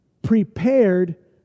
prepared